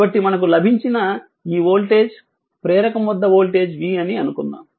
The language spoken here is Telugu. కాబట్టి మనకు లభించిన ఈ వోల్టేజ్ ప్రేరకం వద్ద వోల్టేజ్ v అని అనుకుందాము